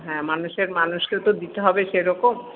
হ্যাঁ মানুষের মানুষকে তো দিতে হবে সেরকম